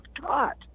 taught